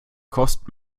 kost